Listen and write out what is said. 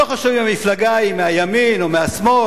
לא חשוב אם המפלגה היא מהימין או מהשמאל,